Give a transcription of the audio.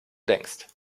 denkst